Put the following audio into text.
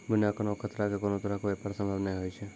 बिना कोनो खतरा के कोनो तरहो के व्यापार संभव नै होय छै